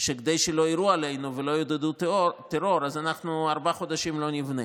שכדי שלא יירו עלינו ולא יעודדו טרור אז אנחנו ארבעה חודשים לא נבנה.